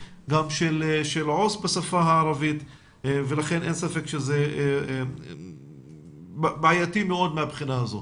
גם של עו"ס בשפה הערבית ולכן אין ספק שזה בעייתי מאוד מהבחינה הזו.